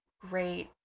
great